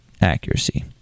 accuracy